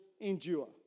endure